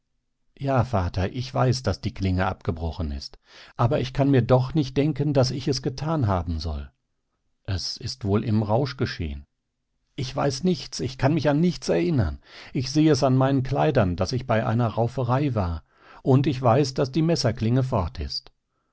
ja vater ich weiß daß die klinge abgebrochen ist aber ich kann mir doch nicht denken daß ich es getan haben soll es ist wohl im rausch geschehen ich weiß nichts ich kann mich an nichts erinnern ich sehe es an meinen kleidern daß ich bei einer rauferei war und ich weiß daß die messerklinge fort ist